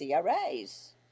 CRAs